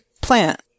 plant